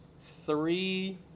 three